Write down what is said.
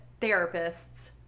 therapists